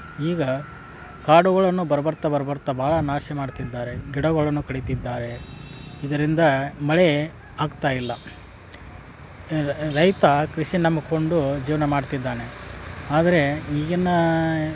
ಎಂಟು ತಟ್ಟೆ ಮತ್ತು ಸಣ್ಣವು ಎ ಮೂರು ತಟ್ಟೆ ನಮ್ಮ ಮನೆಯಾಗ ನಾವು ನಾಲ್ಕು ಜನ ಬಳ್ಸುವಂಥವು ಡ ದಿನಕ್ಕೆ ನಾಲ್ಕು ಸ್ ಮೂರು ಸಲ ಬಾಂಡೆ ತಿಕ್ತೀನಿ